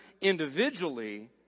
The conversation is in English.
individually